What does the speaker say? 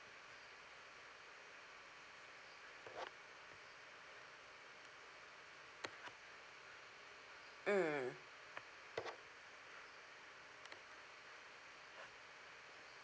mm